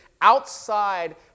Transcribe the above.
outside